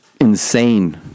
insane